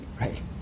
right